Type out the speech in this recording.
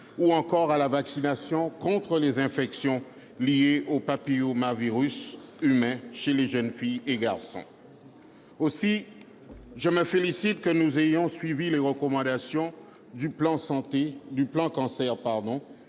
ou encore à la vaccination contre les infections liées aux papillomavirus humains chez les jeunes filles et garçons. Je me félicite du fait que nous ayons suivi les recommandations du plan Cancer,